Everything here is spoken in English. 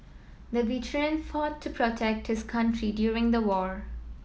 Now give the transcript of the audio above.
the veteran fought to protect his country during the war